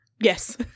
Yes